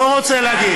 לא רוצה להגיד.